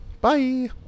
Bye